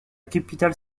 capitale